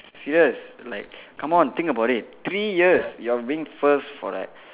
serious like come on think about it three years you are being first for like